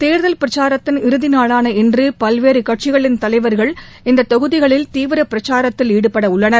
தேர்தல் பிரச்சாரத்தின் இறுதி நாளான இன்று பல்வேறு கட்சிகளின் தலைவர்கள் இந்த தொகுதிகளில் தீவிர பிரச்சாரத்தில் ஈடுபடவுள்ளனர்